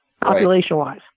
population-wise